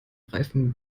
reifen